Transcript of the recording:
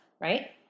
right